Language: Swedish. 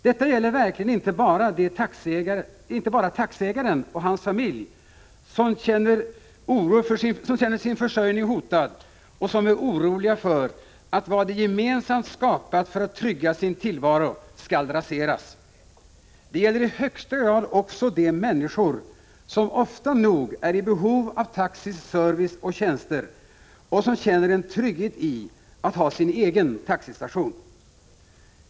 Detta gäller verkligen inte bara taxiägaren och hans familj, som känner sin försörjning hotad och som är oroliga för att vad de gemensamt skapat för att trygga sin tillvaro skall raseras, utan också i högsta grad de människor som ofta nog är i behov av taxis service och tjänster och som känner en trygghet i att ha sin egen taxistation.